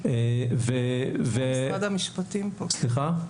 משרד המשפטים כאן.